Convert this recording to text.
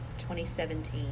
2017